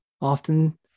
Often